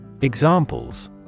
Examples